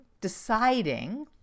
deciding